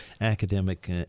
academic